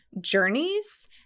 journeys